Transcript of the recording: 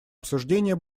обсуждение